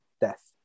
death